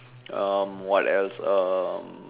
um what else um